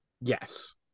Yes